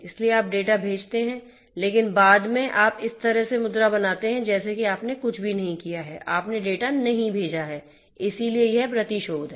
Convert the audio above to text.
इसलिए आप डेटा भेजते हैं लेकिन बाद में आप इस तरह से मुद्रा बनाते हैं जैसे कि आपने कुछ भी नहीं किया है आपने डेटा नहीं भेजा है इसलिए यह प्रतिशोध है